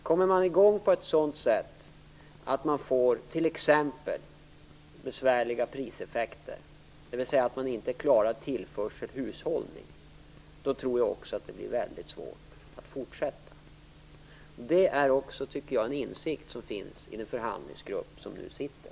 Kommer man inte i gång på ett sådant sätt att man får t.ex. besvärliga priseffekter, dvs. att man inte klarar tillförsel och hushållning, då tror jag också att det blir väldigt svårt att fortsätta. Det tycker jag också är en insikt som finns i den förhandlingsgrupp som nu sitter.